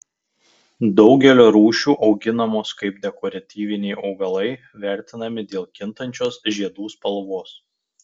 daugelio rūšių auginamos kaip dekoratyviniai augalai vertinami dėl kintančios žiedų spalvos